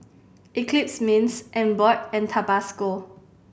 Eclipse Mints Emborg and Tabasco